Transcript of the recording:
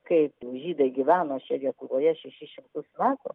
kaip žydai gyveno čia lietuvoje šeši šimtus metų